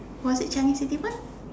was it Chinese city bus